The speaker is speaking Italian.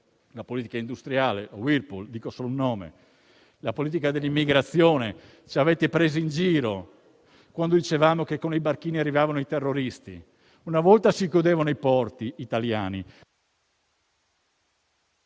alla politica industriale - Whirlpool, per fare un solo nome - alla politica dell'immigrazione: ci avete preso in giro. Quando dicevamo che con i barchini arrivavano i terroristi, una volta si chiudevano i porti italiani...